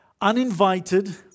uninvited